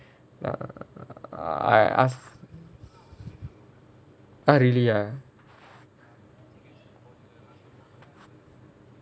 ah I ask !huh! really ah